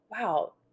wow